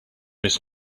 miss